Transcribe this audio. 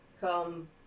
come